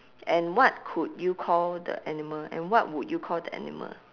and what could you call the animal and what would you call the animal